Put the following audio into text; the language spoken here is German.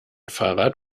fahrrad